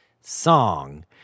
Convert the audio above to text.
song